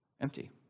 empty